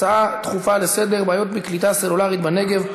הצעה דחופה לסדר-היום: בעיות בקליטה סלולרית בנגב,